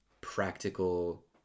practical